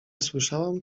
słyszałam